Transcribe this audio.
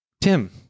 Tim